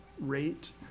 rate